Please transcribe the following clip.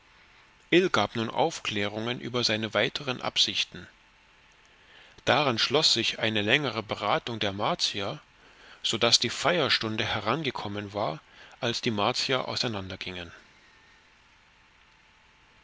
ill gab nun aufklärungen über seine weiteren absichten daran schloß sich eine längere beratung der martier so daß die feierstunde herangekommen war als die martier